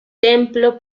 templo